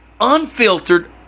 unfiltered